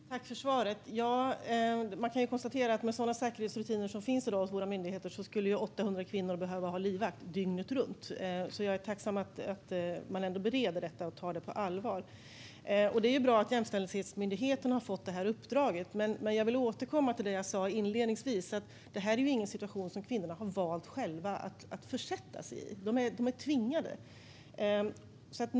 Fru talman! Tack, statsrådet, för svaret! Man kan konstatera att med sådana säkerhetsrutiner som finns i dag hos våra myndigheter skulle 800 kvinnor behöva ha livvakt dygnet runt. Jag är tacksam att man ändå bereder detta och tar det på allvar. Det är bra att Jämställdhetsmyndigheten har fått det här uppdraget, men jag vill återkomma till det som jag sa inledningsvis: Det här är ingen situation som kvinnorna har valt själva att försätta sig i, utan de är tvingade.